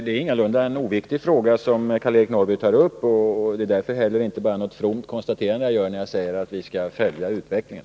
Det är ingalunda en oviktig fråga som Karl-Eric Norrby tar upp, och det är därför heller inte bara ett fromt konstaterande jag gör när jag säger att vi skall följa utvecklingen.